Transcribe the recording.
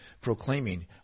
proclaiming